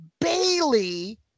Bailey